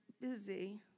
busy